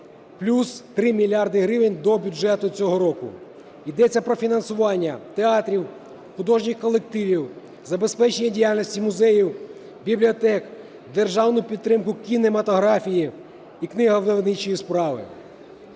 плюс 3 мільярди гривень до бюджету цього року. Йдеться про фінансування театрів, художніх колективів, забезпечення діяльності музеїв, бібліотек, державну підтримку кінематографії і книговидавничої справи,